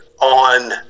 On